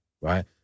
Right